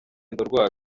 y’urugendo